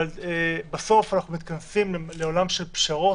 אבל בסוף אנחנו מתכנסים לעולם של פשרות,